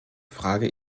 frage